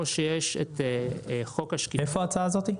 איפה ההצעה הזאת?